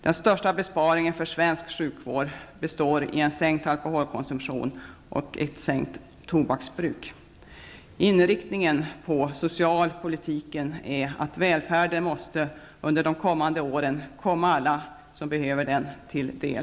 Den största besparingen för svensk sjukvård består i en sänkt alkoholkonsumtion och minskat tobaksbruk. Inriktningen på socialpolitiken är att välfärden måste under de kommande åren komma alla som behöver den till del.